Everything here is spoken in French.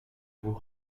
vous